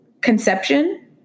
conception